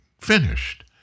finished